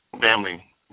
family